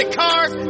cars